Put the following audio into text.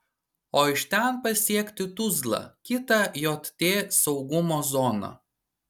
o iš ten pasiekti tuzlą kitą jt saugumo zoną